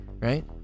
right